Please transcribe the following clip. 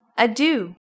Adieu